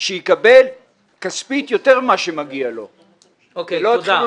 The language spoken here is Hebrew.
שיקבל כספית יותר ממה שמגיע לו ולא יתחילו